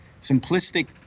simplistic